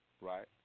Right